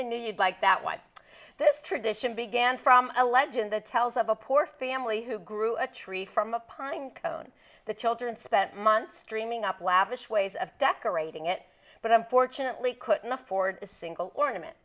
knew you'd like that one this tradition began from a legend the tells of a poor family who grew a tree from a pine cone the children spent months dreaming up lavish ways of decorating it but unfortunately couldn't afford a single ornament